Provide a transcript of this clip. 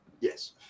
yes